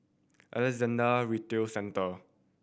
Alexandra Retail Centre